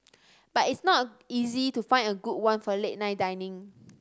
but it's not easy to find a good one for late night dining